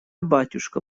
батюшка